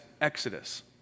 exodus